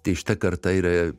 tai šita karta yra